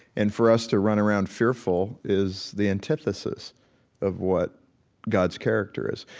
and for us to run around fearful is the antithesis of what god's character is.